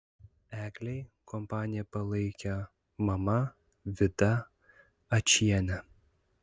eglei kompaniją palaikė mama vida ačienė